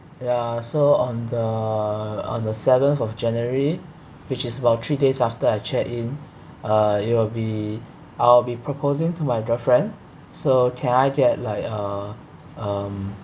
ya so on the on the seventh of january which is about three days after I check in uh it will be I'll be proposing to my girlfriend so can I get like a um